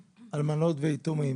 אלמנות ויתומים,